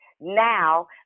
now